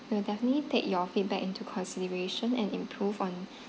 we'll definitely take your feedback into consideration and improve on